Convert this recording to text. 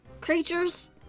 creatures